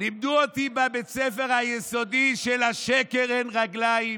לימדו אותי בבית הספר היסודי שלשקר אין רגליים,